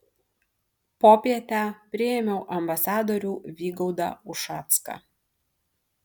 popietę priėmiau ambasadorių vygaudą ušacką